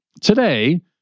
today